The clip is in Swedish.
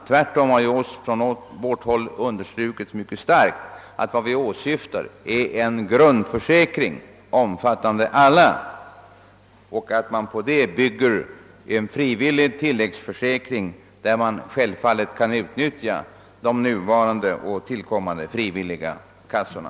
Tvärtom har vi ju från vårt håll mycket starkt framhållit att vad vi åsyftar är en grundförsäkring, som omfattar alla och som man kan bygga på med en frivillig tillläggsförsäkring, för vilken man självfallet kan utnyttja de nuvarande och tillkommande frivilliga kassorna.